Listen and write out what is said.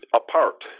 apart